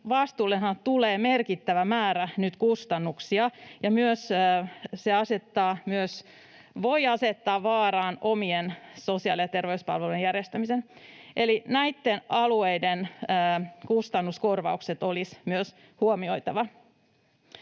vastaan, tulee merkittävä määrä kustannuksia, ja se voi asettaa vaaraan omien sosiaali‑ ja terveyspalvelujen järjestämisen. Eli näiden alueiden kustannuskorvaukset olisi myös huomioitava.